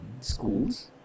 schools